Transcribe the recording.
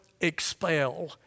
expel